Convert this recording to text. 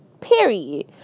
Period